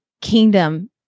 kingdom